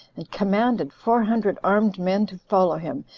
and commanded four hundred armed men to follow him,